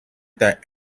that